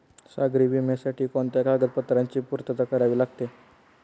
सागरी विम्यासाठी कोणत्या कागदपत्रांची पूर्तता करावी लागते?